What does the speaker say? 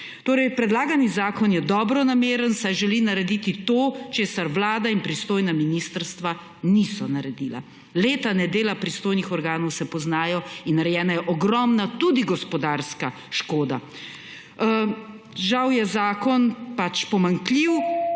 Predlagani zakon je dobronameren, saj želi narediti to, česar vlada in pristojna ministrstva niso naredila. Leta nedela pristojnih organov se poznajo in narejena je ogromna, tudi gospodarska, škoda. Žal je zakon pomanjkljiv,